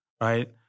right